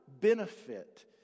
benefit